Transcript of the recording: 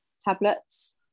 tablets